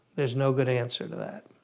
there's no good answer to that.